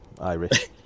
Irish